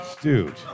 Dude